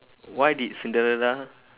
why did cinderella